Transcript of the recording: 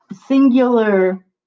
singular